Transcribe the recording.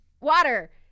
Water